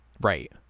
Right